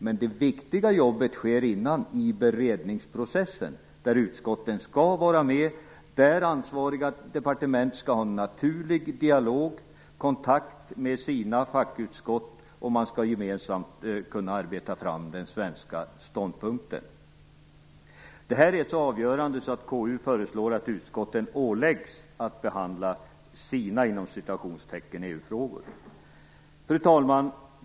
Men det viktiga jobbet sker innan i beredningsprocessen, där utskotten skall vara med, ansvariga departement ha en naturlig dialog och kontakt med sina fackutskott, och man gemensamt skall kunna arbeta fram den svenska ståndpunkten. Detta är så avgörande att KU föreslår att utskotten åläggs att behandla "sina" EU-frågor. Fru talman!